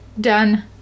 Done